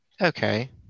okay